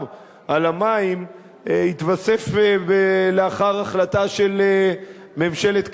על המים התווסף לאחר החלטה של ממשלת קדימה,